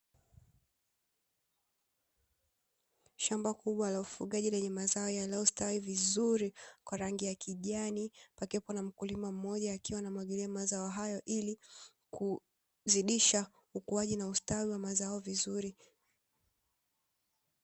Shamba kubwa la ufugaji lenye mazao yaliyostawi vizuri kwa rangi ya kijani, pakiwepo na mkulima mmoja akiwa anamwagilia mazao hayo ili kuzidisha ukuaji na ustawi wa mazao vizuri.